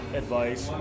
advice